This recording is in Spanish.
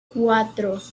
cuatro